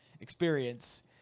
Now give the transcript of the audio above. experience